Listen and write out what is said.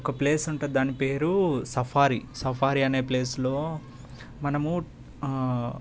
ఒక ప్లేస్ ఉంటుంది దాని పేరు సఫారీ సఫారీ అనే ప్లేస్లో మనము